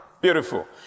beautiful